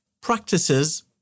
practices